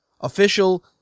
official